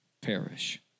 perish